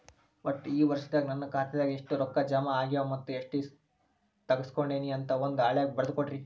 ಒಟ್ಟ ಈ ವರ್ಷದಾಗ ನನ್ನ ಖಾತೆದಾಗ ಎಷ್ಟ ರೊಕ್ಕ ಜಮಾ ಆಗ್ಯಾವ ಮತ್ತ ಎಷ್ಟ ತಗಸ್ಕೊಂಡೇನಿ ಅಂತ ಒಂದ್ ಹಾಳ್ಯಾಗ ಬರದ ಕೊಡ್ರಿ